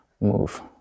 move